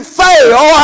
fail